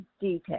details